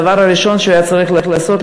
הדבר הראשון שהוא היה צריך לעשות,